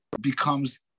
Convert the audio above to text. becomes